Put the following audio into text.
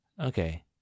Okay